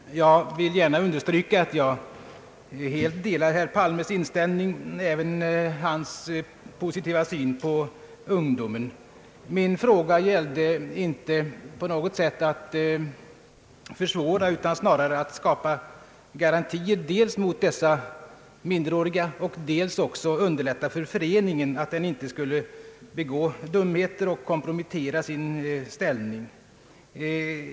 Herr talman! Jag vill gärna understryka att jag helt delar herr Palmes uppfattning och att även jag har en positiv syn på ungdomen. Min fråga gällde inte om vi skulle försvåra en medlemsvärvning, utan snarare att vi skulle dels skapa garantier för obehörigt förfarande, dels hjälpa föreningarna att undvika att begå dumheter som kan kompromettera deras ställning.